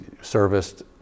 serviced